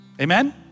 Amen